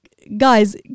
guys